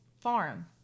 farm